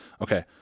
Okay